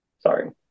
Sorry